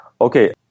Okay